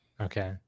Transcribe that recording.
Okay